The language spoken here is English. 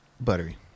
Buttery